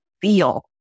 feel